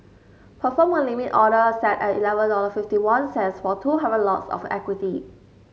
perform a limit order set at eleven dollar fifty one cents for two hundred lots of equity